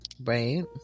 Right